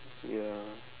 ya